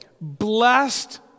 Blessed